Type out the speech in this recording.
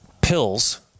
pills